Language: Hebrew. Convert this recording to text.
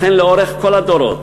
לכן לאורך כל הדורות,